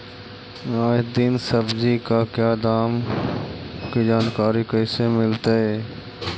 आज दीन सब्जी का क्या दाम की जानकारी कैसे मीलतय?